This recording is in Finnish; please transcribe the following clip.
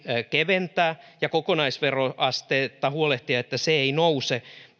keventää ja kokonaisveroasteesta huolehtia että se ei nouse